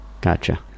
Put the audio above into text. Gotcha